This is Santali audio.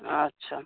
ᱟᱪᱪᱷᱟ ᱟᱪᱪᱷᱟ